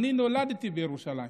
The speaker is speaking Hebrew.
אני נולדתי בירושלים,